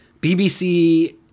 BBC